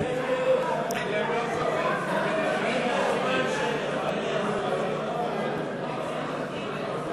אין לי אפשרות הצבעה.